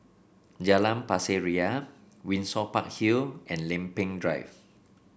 Jalan Pasir Ria Windsor Park Hill and Lempeng Drive